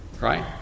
Right